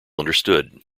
understood